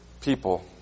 people